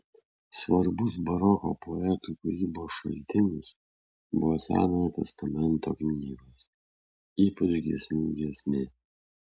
svarbus baroko poetų kūrybos šaltinis buvo senojo testamento knygos ypač giesmių giesmė